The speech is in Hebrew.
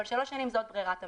אבל שלוש שנים זאת ברירת המחדל.